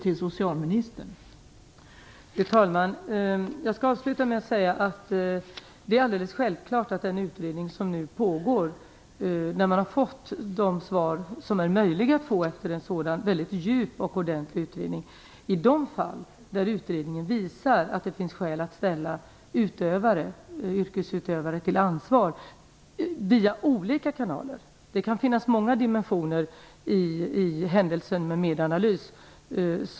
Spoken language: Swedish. Fru talman! Jag skall avsluta med att säga att när man har fått de svar som är möjliga att få efter en sådan djup och ordentlig utredning som den som nu pågår är det alldeles självklart att yrkesutövare skall ställas till ansvar via olika kanaler i de fall där utredningen visar att det finns skäl till detta. Det kan finnas många dimensioner i händelsen med Medanalys.